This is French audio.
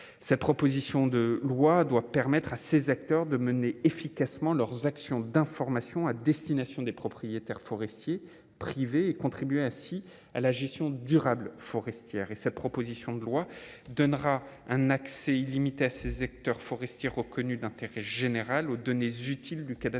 cette proposition de loi doit permettre à ces acteurs de mener efficacement leurs actions d'information à destination des propriétaires forestiers privés et contribuer ainsi à la gestion durable forestière et cette proposition de loi donnera un accès illimité à ses secteurs forestiers reconnue d'intérêt général aux données utiles du cadastre